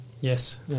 Yes